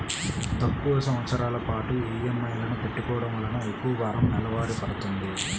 తక్కువ సంవత్సరాల పాటు ఈఎంఐలను పెట్టుకోవడం వలన ఎక్కువ భారం నెలవారీ పడ్తుంది